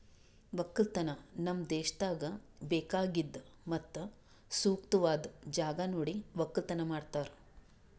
ಒಕ್ಕಲತನ ನಮ್ ದೇಶದಾಗ್ ಬೇಕಾಗಿದ್ ಮತ್ತ ಸೂಕ್ತವಾದ್ ಜಾಗ ನೋಡಿ ಒಕ್ಕಲತನ ಮಾಡ್ತಾರ್